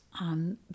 on